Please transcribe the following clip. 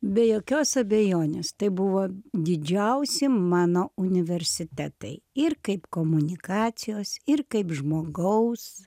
be jokios abejonės tai buvo didžiausi mano universitetai ir kaip komunikacijos ir kaip žmogaus